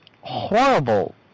horrible